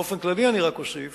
באופן כללי אני אוסיף